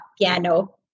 piano